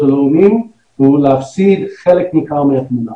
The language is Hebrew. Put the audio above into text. הלאומיים הוא להפסיד חלק ניכר מהתמונה.